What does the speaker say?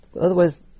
otherwise